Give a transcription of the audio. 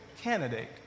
candidate